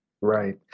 Right